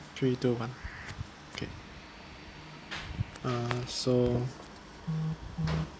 three two one okay uh so